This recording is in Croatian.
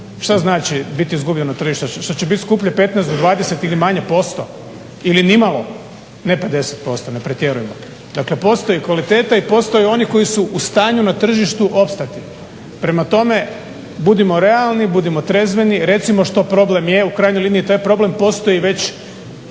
šta znači biti izgubljeno tržište šta će biti skuplje 15 do 20 ili manje posto ili nimalo. Ne 50% ne pretjerujmo. Dakle, postoji kvaliteta i postoje oni koji su u stanju na tržištu opstati. Prema tome, budimo realni, budimo trezveni. Recimo što problem je. U krajnjoj liniji taj problem postoji već